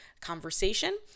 conversation